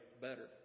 better